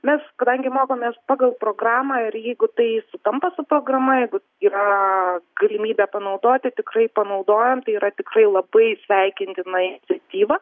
mes kadangi mokomės pagal programą ir jeigu tai sutampa su programa jeigu yra galimybė panaudoti tikrai panaudojam tai yra tikrai labai sveikintina iniciatyva